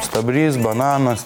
stuobrys bananas